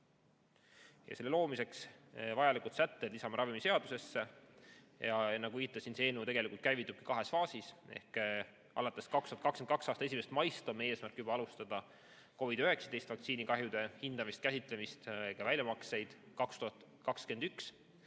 Selle loomiseks vajalikud sätted lisame ravimiseadusesse. Nagu viitasin, see eelnõu tegelikult käivitubki kahes faasis. Alates 2022. aasta 1. maist on eesmärk juba alustada COVID‑19 vaktsiini kahjude hindamist, käsitlemist, ka väljamakseid 2021.